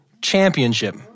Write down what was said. Championship